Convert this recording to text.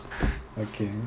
okay